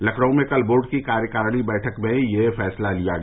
लखनऊ में कल बोर्ड की कार्यकारी बैठक में यह फैसला लिया गया